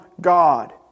God